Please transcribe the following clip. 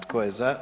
Tko je za?